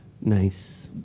Nice